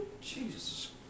Jesus